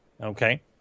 Okay